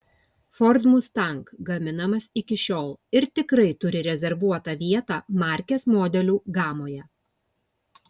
ford mustang gaminamas iki šiol ir tikrai turi rezervuotą vietą markės modelių gamoje